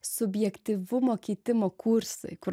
subjektyvumo keitimo kursai kur